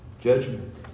judgment